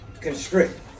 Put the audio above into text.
Constrict